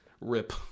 Rip